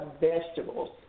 vegetables